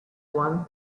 one